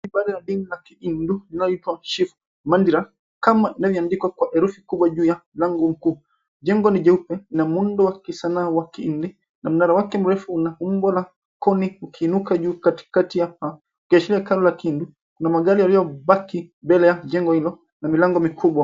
Pale na lile jengo la kihindi. Unaliona ilipo shifu mandira kama na liliandikwa kwa herufi kubwa juu ya lango mkuu. Jengo ni jeupe na muundo wa kisanaa wa kihindi na mnara wake mrefu una umbo la koni ukiinuka juu katikati hapa. Ukishia karibu la kihindi, kuna magari yaliyobaki mbele ya jengo hilo na milango mikubwa.